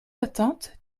d’attente